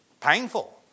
painful